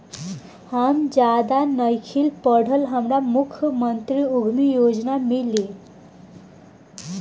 हम ज्यादा नइखिल पढ़ल हमरा मुख्यमंत्री उद्यमी योजना मिली?